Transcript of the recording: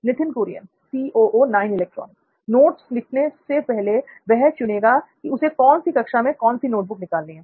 नित्थिन Kurian notes लिखने से पहले वह चुनेगा कि उसे कौन सी कक्षा में कौन सी नोटबुक निकालनी है